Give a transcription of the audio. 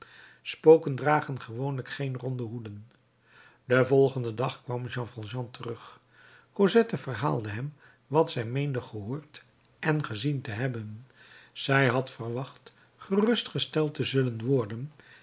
spoken dragen gewoonlijk geen ronde hoeden den volgenden dag kwam jean valjean terug cosette verhaalde hem wat zij meende gehoord en gezien te hebben zij had verwacht gerustgesteld te zullen worden